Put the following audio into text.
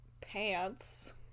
pants